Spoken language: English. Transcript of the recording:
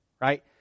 right